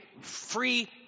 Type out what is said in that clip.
free